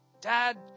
Dad